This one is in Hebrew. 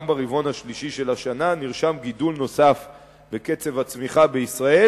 גם ברבעון השלישי של השנה נרשם גידול נוסף בקצב הצמיחה בישראל,